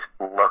look